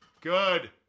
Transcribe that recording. Good